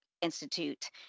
Institute